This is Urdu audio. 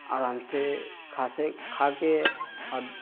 آرام سے کھا سے کھا کے اور